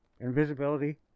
invisibility